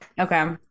Okay